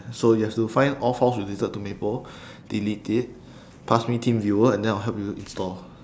so you have to find all files related to maple delete it pass me teamviewer and then I'll help you install